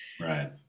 Right